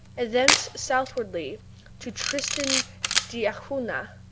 and thence southwardly to tristan d'acunha.